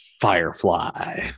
Firefly